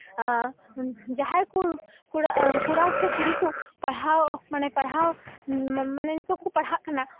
ᱟᱨ ᱡᱟᱦᱟᱸᱭ ᱠᱚ ᱠᱚᱲᱟ ᱥᱮ ᱠᱩᱲᱤ ᱠᱚ ᱯᱟᱲᱦᱟᱣ ᱢᱟᱱᱮ ᱯᱟᱲᱦᱟᱣ ᱢᱟᱱᱮ ᱱᱤᱛᱚᱜ ᱠᱚ ᱯᱟᱲᱦᱟᱜ ᱠᱟᱱᱟ